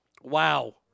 Wow